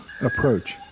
approach